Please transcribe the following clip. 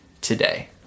today